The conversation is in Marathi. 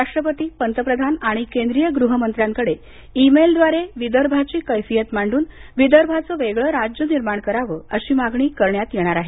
राष्ट्रपती पंतप्रधान आणि केंद्रीय गृहमंत्र्यांकडे ई मेल द्वारे विदर्भाची कैफियत मांडून विदर्भाचं वेगळं राज्य निर्माण करावं अशी मागणी करण्यात येणार आहे